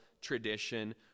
tradition